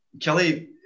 Kelly